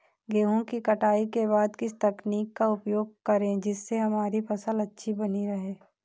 गेहूँ की कटाई के बाद किस तकनीक का उपयोग करें जिससे हमारी फसल अच्छी बनी रहे?